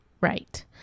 Right